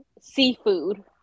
seafood